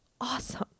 awesome